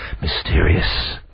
mysterious